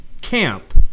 camp